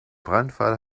brandfall